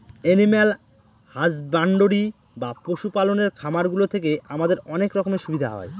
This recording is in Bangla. এনিম্যাল হাসব্যান্ডরি বা পশু পালনের খামার গুলো থেকে আমাদের অনেক রকমের সুবিধা হয়